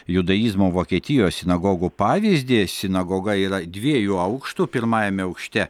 judaizmo vokietijos sinagogų pavyzdį sinagoga yra dviejų aukštų pirmajame aukšte